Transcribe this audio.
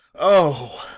o,